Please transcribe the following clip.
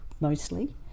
mostly